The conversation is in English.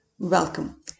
Welcome